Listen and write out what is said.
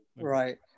right